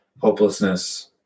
hopelessness